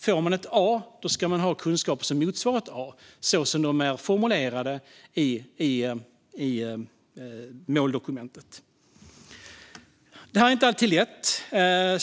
Får man ett A ska man ha kunskaper som motsvarar ett A, så som de är formulerade i måldokumentet. Detta är inte alltid lätt.